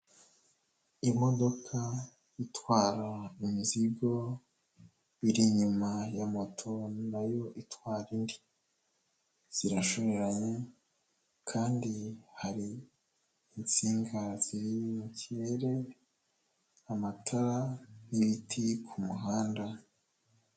Imodoka itwara imizigo iri inyuma ya moto nayo itwara indi, zirashoreranye kandi hari insinga ziri mu kirere, amatara n'ibiti ku muhanda.